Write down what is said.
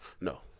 No